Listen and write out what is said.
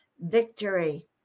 victory